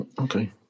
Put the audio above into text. Okay